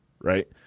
right